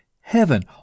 Heaven